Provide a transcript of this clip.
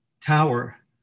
tower